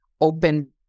open